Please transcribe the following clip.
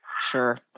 Sure